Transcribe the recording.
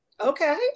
Okay